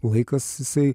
laikas jisai